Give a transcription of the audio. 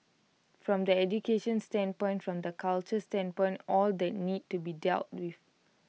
from the education standpoint from the culture standpoint all that needs to be dealt with